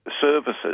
services